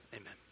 Amen